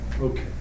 Okay